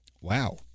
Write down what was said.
Wow